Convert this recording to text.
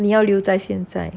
你要留在现在